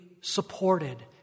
supported